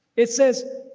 it says,